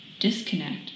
disconnect